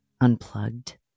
Unplugged